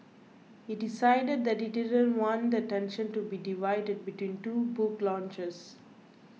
he decided that he didn't want the attention to be divided between two book launches